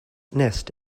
nest